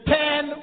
ten